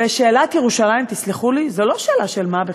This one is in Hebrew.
ושאלת ירושלים, תסלחו לי, זו לא שאלה של מה בכך,